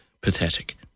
Pathetic